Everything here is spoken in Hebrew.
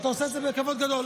ואתה עושה את זה בכבוד גדול,